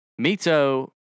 Mito